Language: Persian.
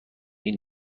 این